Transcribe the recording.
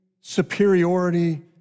superiority